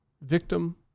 victim